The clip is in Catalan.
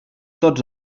tots